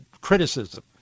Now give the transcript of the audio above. criticism